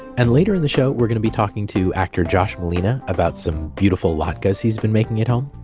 and later in the show we are going to be talking to actor josh malina about some beautiful latkes that he's been making at home.